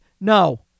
No